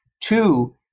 Two